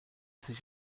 sich